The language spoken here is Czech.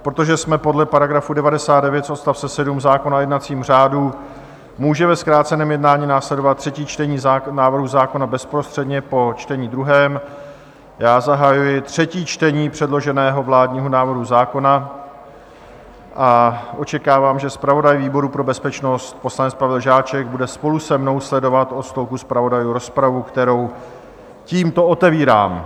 Protože podle § 99 odst. 7 zákona o jednacím řádu může ve zkráceném jednání následovat třetí čtení návrhu zákona bezprostředně po čtení druhém, zahajuji třetí čtení předloženého vládního návrhu zákona a očekávám, že zpravodaj výboru pro bezpečnost poslanec Pavel Žáček bude spolu se mnou sledovat od stolku zpravodajů rozpravu, kterou tímto otevírám.